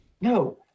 no